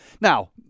Now